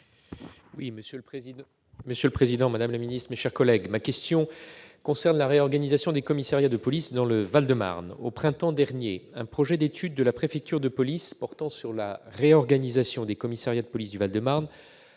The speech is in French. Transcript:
le ministre d'État, ministre de l'intérieur. Ma question porte sur la réorganisation des commissariats de police dans le Val-de-Marne. Au printemps dernier, un projet d'étude de la préfecture de police portant sur la réorganisation des commissariats de police du Val-de-Marne